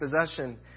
possession